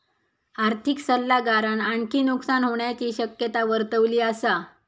आर्थिक सल्लागारान आणखी नुकसान होण्याची शक्यता वर्तवली असा